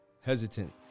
hesitant